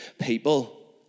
people